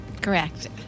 Correct